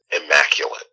immaculate